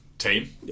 team